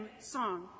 song